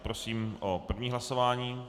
Prosím o první hlasování.